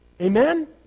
Amen